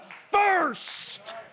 first